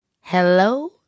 Hello